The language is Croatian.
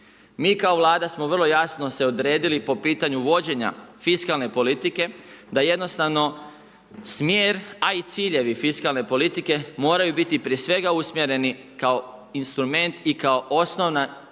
Mi kao vlada smo vrlo jasno se odredili po pitanju vođenja fiskalne politike, da jednostavno smjer, a i ciljevi fiskalne politike moraju biti prije svega usmjereni kao instrument i kao osnovni